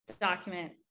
document